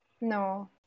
No